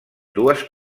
dues